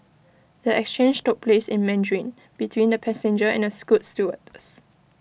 the exchange took place in Mandarin between the passenger and A scoot stewardess